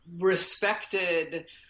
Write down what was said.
respected